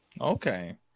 Okay